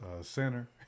center